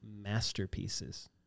masterpieces